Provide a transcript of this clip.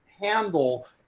handle